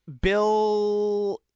Bill